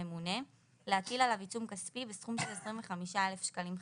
הממונה) להטיל עליו עיצום כספי בסכום של 25,000 שקלים חדשים: